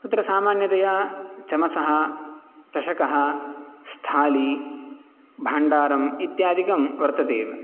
तत्र सामान्यतया चमसः चषकः स्थाली भाण्डारम् इत्यादिकं वर्तते